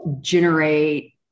generate